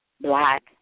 black